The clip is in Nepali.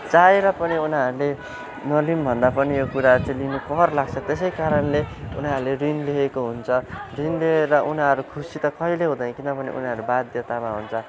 चाहेर पनि उनीहरूले नलिउँ भन्दा पनि यो कुरा चाहिँ लिनु कर लाग्छ त्यसै कारणले उनीहरूले रिन लिएको हुन्छ रिन लिएर उनीहरू खुसी त कहिल्यै हुँदैन किनभने उनीहरू बाध्यतामा हुन्छ